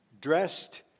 dressed